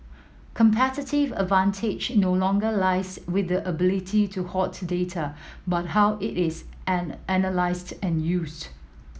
competitive advantage no longer lies with the ability to hoard data but how it is analysed and used